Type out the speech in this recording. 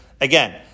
again